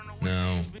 no